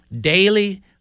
daily